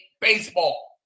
baseball